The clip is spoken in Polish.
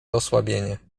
osłabienie